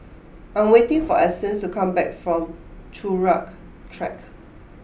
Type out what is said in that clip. I'm waiting for Essence to come back from Turut Track